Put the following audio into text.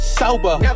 sober